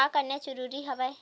का करना जरूरी हवय?